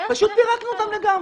פשוט פירקנו אותם לגמרי.